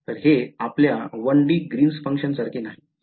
तर हे आपल्या 1D ग्रीन्स function सारखे नाही